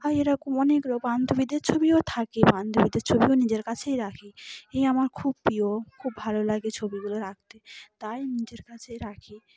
আর এরকম অনেক রক বান্ধবীদের ছবিও থাকে বান্ধবীদের ছবিও নিজের কাছেই রাখি এই আমার খুব প্রিয় খুব ভালো লাগে ছবিগুলো রাখতে তাই নিজের কাছেই রাখি